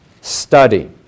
Study